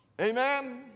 amen